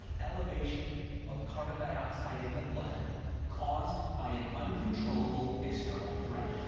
elevation of carbon dioxide in the blood caused by an uncontrollable external threat.